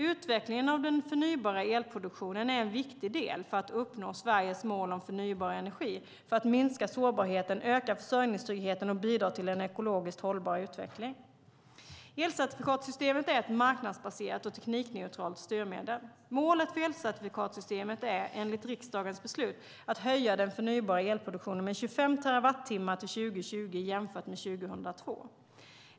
Utvecklingen av den förnybara elproduktionen är en viktig del för att uppnå Sveriges mål om förnybar energi för att minska sårbarheten, öka försörjningstryggheten, och bidra till en ekologiskt hållbar utveckling. Elcertifikatssystemet är ett marknadsbaserat och teknikneutralt styrmedel. Målet för elcertifikatssystemet är enligt riksdagens beslut att höja den förnybara elproduktionen med 25 terawattimmar till 2020 jämfört med 2002.